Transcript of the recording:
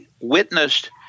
witnessed